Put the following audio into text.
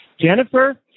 Jennifer